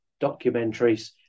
documentaries